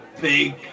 big